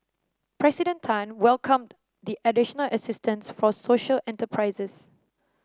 President Tan welcomed the additional assistance for social enterprises